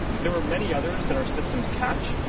there are many others that our systems catch,